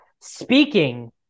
Speaking